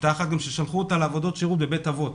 הייתה אחת ששלחו אותה לעבודות שירות בבית אבות,